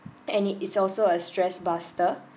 and it is also a stress buster